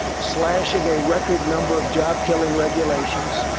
slashing a record number of job-killing regulations,